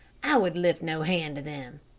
i would lift no hand to them.